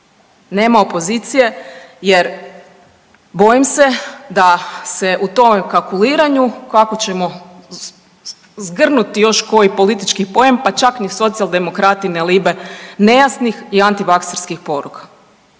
Nema opozicije jer bojim se da se u tom kalkuliranju kako ćemo zgrnuti još koji politički poen pa čak niti socijaldemokrati ne libe nejasnih i antivakserskih poruka.